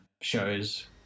shows